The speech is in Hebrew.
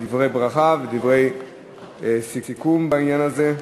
דברי ברכה ודברי סיכום בעניין הזה.